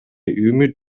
үмүт